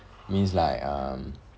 means like um